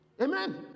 Amen